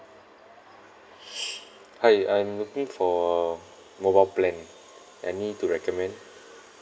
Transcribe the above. hi I'm looking for a mobile plan any to recommend